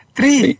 Three